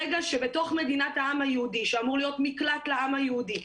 ברגע שבתוך מדינת העם היהודי שאמור להיות מקלט לעם היהודי,